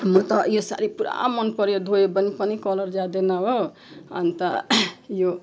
म त यो सारी पुरा मन पर्यो धोयो भने पनि कलर जाँदैन हो अनि त यो